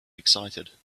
excited